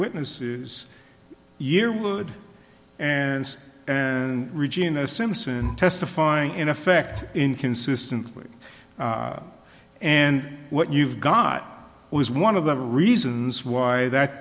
witnesses yearwood and and regina simpson testifying in effect inconsistently and what you've got was one of the reasons why that